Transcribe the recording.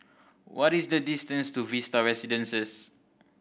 what is the distance to Vista Residences